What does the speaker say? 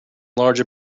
large